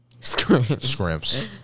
Scrimps